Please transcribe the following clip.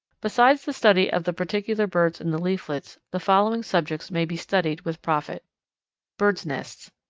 besides the study of the particular birds in the leaflets, the following subjects may be studied with profit birds' nests.